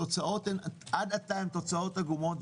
התוצאות הן עד עתה תוצאות עגומות,